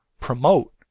promote